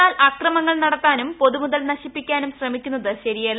എന്നാൽ അക്രമങ്ങൾ നടത്താനും പൊതുമുതൽ നശിപ്പിക്കാനും ശ്രമിക്കുന്നത് ശരിയല്ല